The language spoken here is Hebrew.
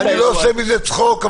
אני לא עושה מזה צחוק.